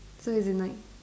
so as in like